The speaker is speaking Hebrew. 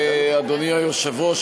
אדוני היושב-ראש,